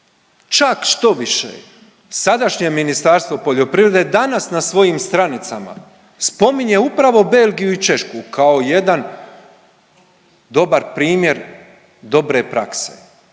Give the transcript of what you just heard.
Čak štoviše sadašnje Ministarstvo poljoprivrede danas na svojim stranicama spominje upravo Belgiju i Češku kao jedan dobar primjer dobre prakse,